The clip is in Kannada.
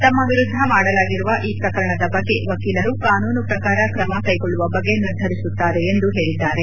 ತಮ್ಮ ವಿರುದ್ಧ ಮಾಡಲಾಗಿರುವ ಈ ಪ್ರಕರಣದ ಬಗ್ಗೆ ವಕೀಲರು ಕಾನೂನು ಪ್ರಕಾರ ಕ್ರಮ ಕೈಗೊಳ್ಳುವ ಬಗ್ಗೆ ನಿರ್ಧರಿಸುತ್ತಾರೆ ಎಂದು ಹೇಳಿದ್ದಾರೆ